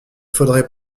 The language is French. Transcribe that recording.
faudrait